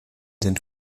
sind